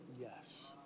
yes